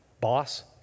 boss